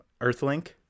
Earthlink